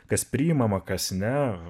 kas priimama kas ne